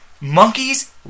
monkeys